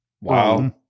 Wow